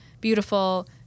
beautiful